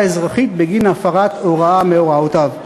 אזרחית בגין הפרת הוראה מהוראותיו,